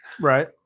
Right